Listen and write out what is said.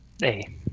Hey